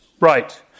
Right